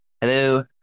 Hello